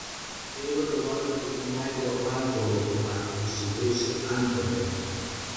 jai vadovauja tokia maiklo vaintraubo kompanija įsikūrusi antverpene